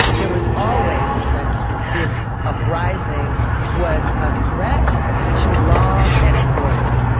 there was always a sense that this uprising was a threat to law and order.